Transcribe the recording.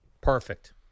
Perfect